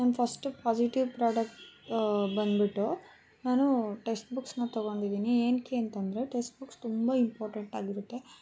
ನನ್ನ first positive product ಬಂದ್ಬಿಟ್ಟು ನಾನು ಟೆಕ್ಸ್ಟ್ ಬುಕ್ಸನ್ನ ತಗೊಂಡಿದ್ದೀನಿ ಏನಕ್ಕೆ ಅಂತಂದರೆ ಟೆಕ್ಸ್ಟ್ ಬುಕ್ಸ್ ತುಂಬ ಇಂಪೋರ್ಟೆಂಟಾಗಿರುತ್ತೆ